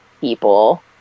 people